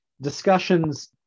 discussions